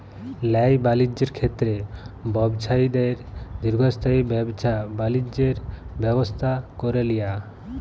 ল্যায় বালিজ্যের ক্ষেত্রে ব্যবছায়ীদের দীর্ঘস্থায়ী ব্যাবছা বালিজ্যের ব্যবস্থা ক্যরে লিয়া